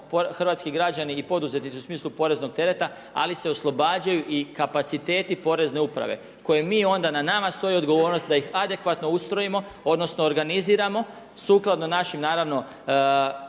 hrvatski građani i poduzetnici u smislu poreznog terete, ali se oslobađaju i kapacitet porezne uprave koje mi onda, na nama stoji odgovornost da ih adekvatno ustrojimo odnosno organiziramo sukladno našim naravno